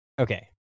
okay